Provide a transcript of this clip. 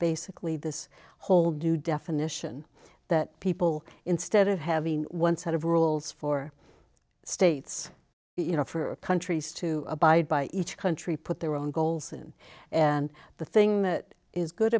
basically this whole do definition that people instead of having one set of rules for states you know for countries to abide by each country put their own goals in and the thing that is good